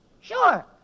Sure